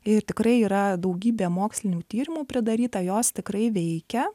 ir tikrai yra daugybė mokslinių tyrimų pridaryta jos tikrai veikia